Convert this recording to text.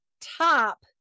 top